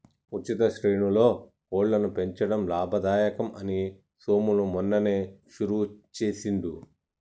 ఉచిత శ్రేణిలో కోళ్లను పెంచడం లాభదాయకం అని సోములు మొన్ననే షురువు చేసిండు